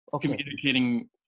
communicating